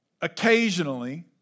occasionally